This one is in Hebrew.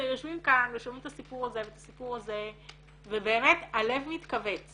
יושבים כאן ושומעים את הסיפור הזה ואת הסיפור הזה ובאמת הלב מתכווץ